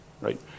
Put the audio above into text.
right